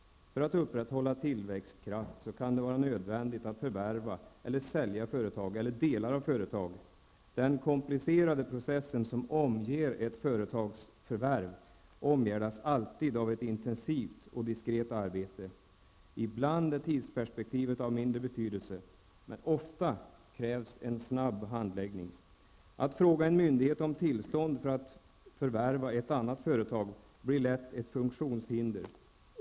För att upprätthålla tillväxtkraft kan det vara nödvändigt att förvärva eller sälja företag eller delar av företag. Den komplicerade process som omger ett företagsförvärv omgärdas alltid av ett intensivt och diskret arbete. Ibland är tidsperspektivet av mindre betydelse, men ofta krävs en snabb handläggning. Att fråga en myndighet om tillstånd för att förvärva ett annat företag blir lätt ett funktionshinder.